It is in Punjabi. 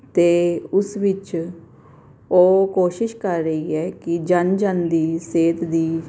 ਅਤੇ ਉਸ ਵਿੱਚ ਉਹ ਕੋਸ਼ਿਸ਼ ਕਰ ਰਹੀ ਹੈ ਕਿ ਜਨ ਜਨ ਦੀ ਸਿਹਤ ਦੀ